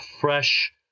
fresh